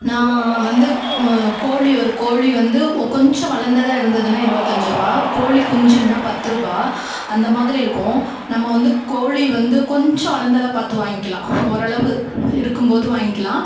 நான் வந்து கோழி ஒரு கோழி வந்து ஓ கொஞ்சம் வளந்ததாக இருந்ததுனால் இருபத்தஞ்சு ருபா கோழிக்குஞ்சுன்னால் பத்துருபாய் அந்த மாதிரி இருக்கும் நம்ம வந்து கோழி வந்து கொஞ்சம் வளந்ததாக பார்த்து வாங்கிக்கலாம் ஓரளவு இருக்கும்போது வாங்கிக்கலாம்